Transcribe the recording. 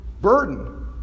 burden